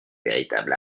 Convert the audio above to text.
véritable